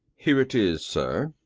here it is, sir.